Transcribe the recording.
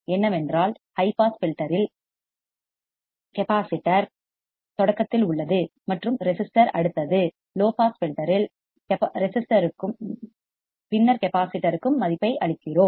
என்னவென்றால் high pass filter இல் capacitor தொடக்கத்தில் உள்ளது மற்றும் ரெசிஸ்டர் அடுத்தது லோ பாஸ் ஃபில்டர் இல் நாம் தொடக்கத்தில் ரெசிஸ்டர்க்கும் பின்னர் கெப்பாசிட்டர்க்கும் மதிப்பை அளிக்கிறோம்